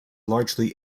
largely